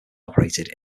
operated